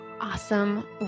Awesome